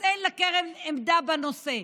אז אין לקרן עמדה בנושא.